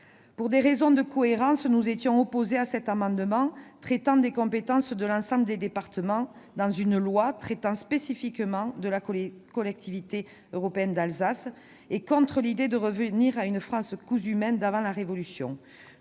Pour des raisons de cohérence, nous étions opposés à cet amendement traitant des compétences de l'ensemble des départements dans une loi traitant spécifiquement de la Collectivité européenne d'Alsace et nous étions contre l'idée de revenir à une France « cousue main » d'avant la Révolution.